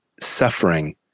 suffering